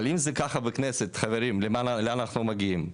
אבל אם זה ככה בכנסת, חברים, לאן אנחנו מגיעים?